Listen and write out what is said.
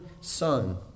son